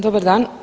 Dobar dan.